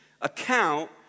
account